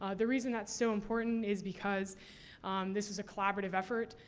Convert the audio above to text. ah the reason that's so important is because this was a collaborative effort.